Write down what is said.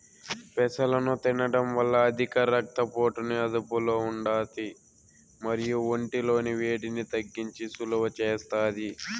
పెసలను తినడం వల్ల అధిక రక్త పోటుని అదుపులో ఉంటాది మరియు ఒంటి లోని వేడిని తగ్గించి సలువ చేస్తాది